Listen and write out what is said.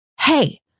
hey